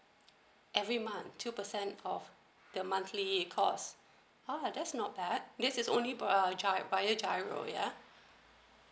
every month two percent of the monthly cost ah that's not bad this is only by uh via giro ya